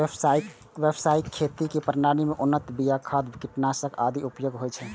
व्यावसायिक खेती प्रणाली मे उन्नत बिया, खाद, कीटनाशक आदिक उपयोग होइ छै